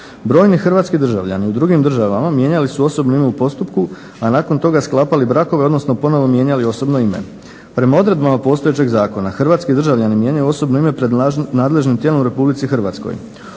Brojni hrvatski državljani u drugim državama mijenjali su osobne ime u postupku, a nakon toga sklapali brakove, odnosno ponovo mijenjali osobno ime. Prema odredbama postojećeg zakona hrvatski državljani mijenjaju osobno ime pred nadležnim tijelom u Republici Hrvatskoj.